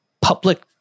public